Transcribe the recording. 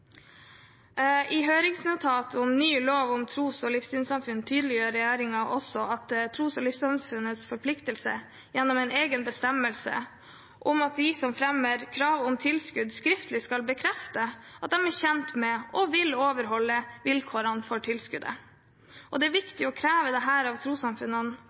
I høringsnotatet til ny lov om tros- og livssynssamfunn tydeliggjør regjeringen også tros- og livssynssamfunnenes forpliktelser gjennom en egen bestemmelse om at de som fremmer krav om tilskudd, skriftlig skal bekrefte at de er kjent med og vil overholde vilkårene for tilskuddet. Det er viktig å kreve dette av trossamfunnene,